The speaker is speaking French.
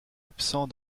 absent